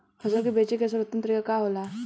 फसल के बेचे के सर्वोत्तम तरीका का होला?